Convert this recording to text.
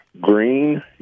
green